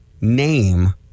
name